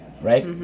right